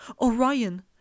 Orion